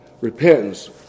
Repentance